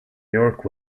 york